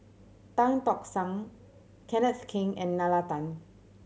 Tan Tock San Kenneth Keng and Nalla Tan